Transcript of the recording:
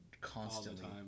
constantly